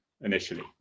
initially